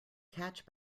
catch